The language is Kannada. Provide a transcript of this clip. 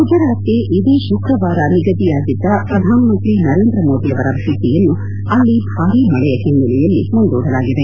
ಗುಜರಾತ್ಗೆ ಇದೇ ಶುಕ್ರವಾರ ನಿಗದಿಯಾಗಿದ್ದ ಪ್ರಧಾನಮಂತ್ರಿ ನರೇಂದ್ರ ಮೋದಿಯವರ ಭೇಟಿಯನ್ನು ಭಾರಿ ಮಳೆ ಹಿನ್ನೆಲೆಯಲ್ಲಿ ಮುಂದೂಡಲಾಗಿದೆ